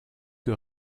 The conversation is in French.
que